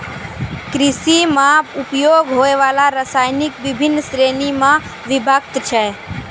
कृषि म उपयोग होय वाला रसायन बिभिन्न श्रेणी म विभक्त छै